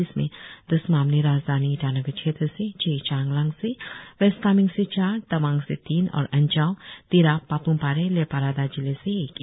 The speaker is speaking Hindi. जिसमें दस मामले राजधानी ईटानगर क्षेत्र से छह चांगलांग से वेस्ट कामेंग से चार तवांग से तीन और अंजाव तिराप पाप्मपारे लेपारादा जिले से एक एक